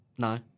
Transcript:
No